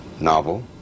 novel